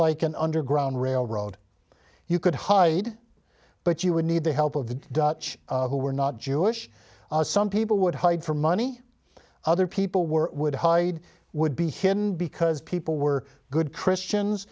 like an underground railroad you could hide but you would need the help of the dutch who were not jewish some people would hide for money other people were would hide would be hidden because people were good christians